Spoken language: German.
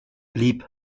blieb